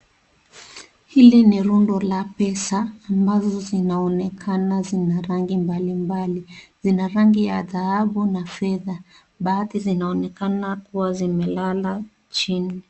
Hili ni rundo la pesa ambazo zinaonekana zina rangi mbalimbali. Zina rangi ya dhahabu na fedha. Baadhi zinaonekana kuwa zimelala chini.